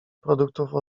produktów